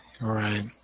Right